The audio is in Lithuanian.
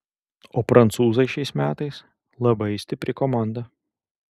o prancūzai šiais metais labai stipri komanda